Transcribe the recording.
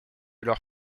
leurs